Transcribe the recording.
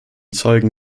zeugen